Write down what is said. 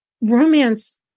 romance